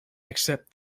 except